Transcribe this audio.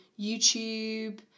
YouTube